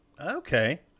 Okay